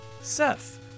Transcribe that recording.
Seth